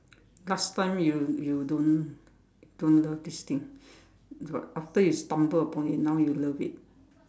last time you you don't don't love this thing but after you stumble upon it now you love it